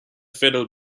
fiddle